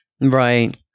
Right